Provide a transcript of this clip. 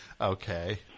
Okay